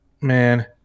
Man